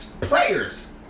Players